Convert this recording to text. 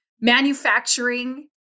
manufacturing